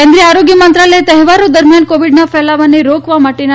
કેન્દ્રીય આરોગ્ય મંત્રાલયે તહેવારો દરમ્યાન કોવિડના ફેલાવાને રોકવા માટેના